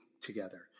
together